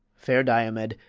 fair diomed,